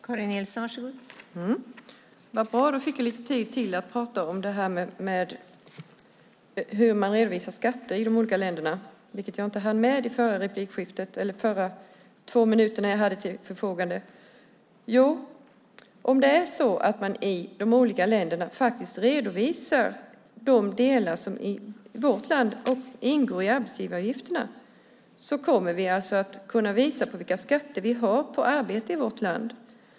Fru talman! Det var bra att jag fick lite mer tid att prata om hur man redovisar skatter i olika länder, vilket jag inte hann med i min förra replik. Om man i alla länder redovisar det som i vårt land ingår i arbetsgivaravgifterna kommer vi att kunna visa vilka skatter vi har på arbete.